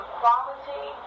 quality